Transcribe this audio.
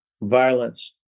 Violence